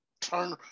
turn